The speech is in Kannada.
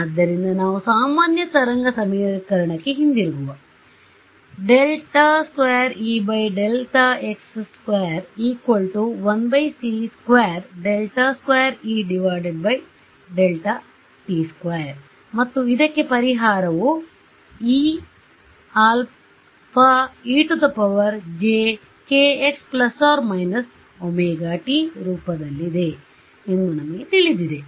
ಆದ್ದರಿಂದ ನಾವು ಸಾಮಾನ್ಯ ತರಂಗಸಮೀಕರಣಕ್ಕೆ ಹಿಂತಿರುಗುವ ಮತ್ತು ಇದಕ್ಕೆ ಪರಿಹಾರವು Eαejkx𝛚t ರೂಪದಲ್ಲಿದೆ ಎಂದು ನಮಗೆ ತಿಳಿದಿದೆ